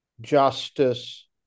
justice